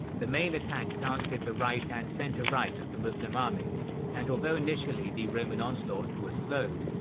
the main attack targeted the right and center right of the muslim army and although initially the roman onslaught was slowed,